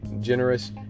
generous